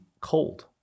cold